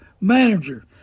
manager